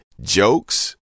jokes